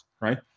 right